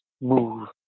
move